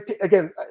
again